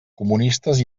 comunistes